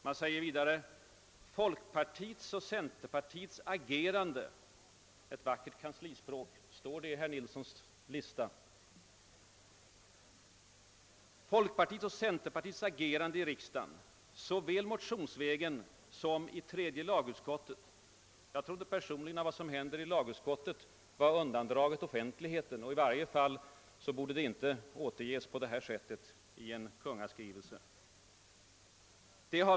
Man säger vidare: »Folkpartiets och centerpartiets agerande» — vackert kanslispråk; står det i statsrådet Nilssons ordlista? — »i riksdagen såväl motionsvägen som i tredje lagutskottet har emellertid visat att den önskvärda enigheten inte kan uppnås.» Jag trodde personligen att vad som händer i riksdagsutskotten var undandraget offentligheten. I varje fall borde det inte återges på detta sätt i en kungaskrivelse.